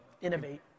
Innovate